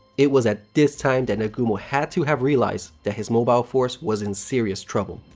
it was at this time that nagumo had to have realized that his mobile force was in serious trouble.